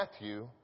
Matthew